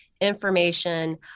information